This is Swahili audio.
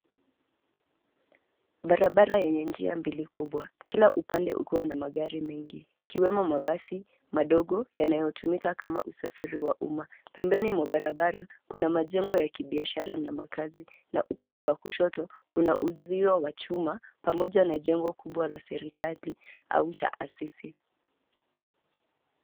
Barabara yenye njia mbili kubwa. Kila upande ukiwa na magari mengi ikiwemo mabasi madogo yanayotumika kama usafiri wa umma. Pembeni mwa barabara, kuna majengo ya kibiashara na makazi na upande wa kushoto kuna uzio wa chuma pamoja na jengo kubwa la serikali au taasisi.